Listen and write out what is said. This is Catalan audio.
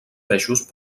peixos